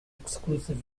exclusive